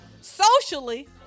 socially